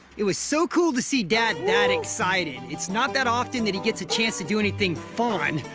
it was so cool to see dad that excited. it's not that often that he gets a chance to do anything fun.